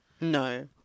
No